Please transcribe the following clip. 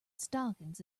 stockings